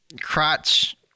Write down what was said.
crotch